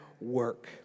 work